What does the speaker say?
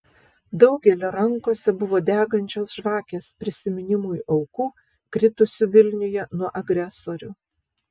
daugelio rankose buvo degančios žvakės prisiminimui aukų kritusių vilniuje nuo agresorių